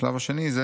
השלב השני זה